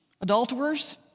adulterers